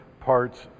parts